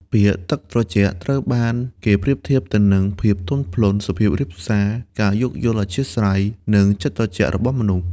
ពាក្យ ទឹកត្រជាក់ ត្រូវបានគេប្រៀបធៀបទៅនឹង ភាពទន់ភ្លន់ សុភាពរាបសារ ការយោគយល់អធ្យាស្រ័យ និងចិត្តត្រជាក់របស់មនុស្ស។